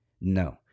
no